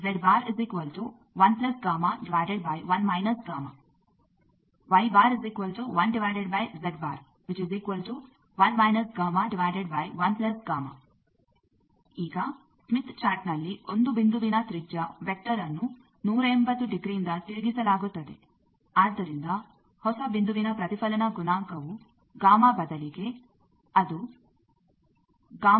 ಈಗ ಸ್ಮಿತ್ ಚಾರ್ಟ್ನಲ್ಲಿ ಒಂದು ಬಿಂದುವಿನ ತ್ರಿಜ್ಯ ವೆಕ್ಟರ್ಅನ್ನು 180 ಡಿಗ್ರಿಇಂದ ತಿರುಗಿಸಲಾಗುತ್ತದೆ ಆದ್ದರಿಂದ ಹೊಸ ಬಿಂದುವಿನ ಪ್ರತಿಫಲನ ಗುಣಾಂಕವು ಗಾಮಾ ಬದಲಿಗೆ ಅದು ಆಗಿರುತ್ತದೆ